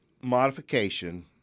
modification